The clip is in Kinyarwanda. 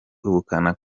ubukana